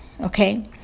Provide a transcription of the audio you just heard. Okay